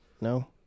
No